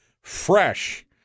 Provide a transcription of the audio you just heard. fresh